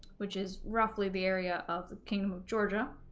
which is roughly the area of the kingdom of georgia